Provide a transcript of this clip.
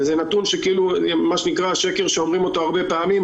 וזה נתון שקר שאומרים אותו הרבה פעמים,